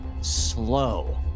slow